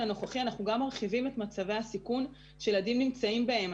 הנוכחי אנחנו גם מרחיבים את מצבי הסיכון שילדים נמצאים בהם.